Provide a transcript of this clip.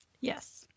Yes